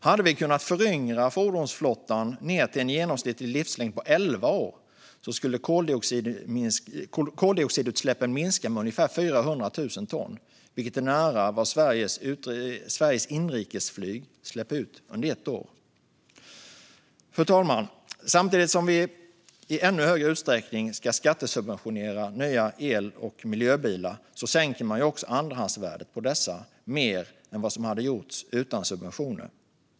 Hade vi kunnat föryngra fordonsflottan till en genomsnittlig livslängd på elva år skulle koldioxidutsläppen minska med ungefär 400 000 ton, vilket är nära vad Sveriges inrikesflyg släpper ut under ett år. Fru talman! Samtidigt som vi i ännu högre utsträckning ska skattesubventionera nya el och miljöbilar sänker man också andrahandsvärdet på dessa mer än vad som hade gjorts utan subventioner.